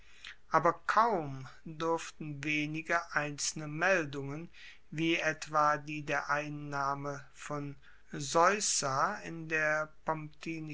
aber kaum duerften wenige einzelne meldungen wie etwa die der einnahme von suessa in der